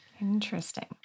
Interesting